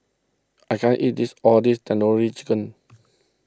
I can't eat this all this Tandoori Chicken